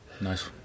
Nice